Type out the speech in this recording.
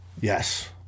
Yes